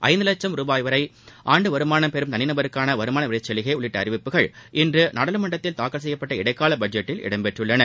ஐந்து லட்சம் ருபாய் ஆண்டு வருமானம் பெறும் தனி நபருக்கான வருமா வரிச்சலுகை உள்ளிட்ட அறிவிப்புகள் இன்று நாடாளுமன்றத்தில் தாக்கல் செய்யபட்ட இடைக்கால பட்ஜெட்டில் இடம்பெற்றுள்ளன